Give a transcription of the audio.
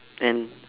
and